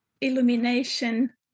illumination